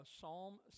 Psalm